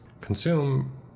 Consume